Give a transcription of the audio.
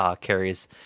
carries